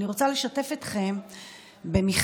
אני רוצה לשתף אתכם במכתב